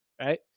right